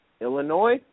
Illinois